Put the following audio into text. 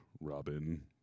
Robin